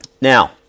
Now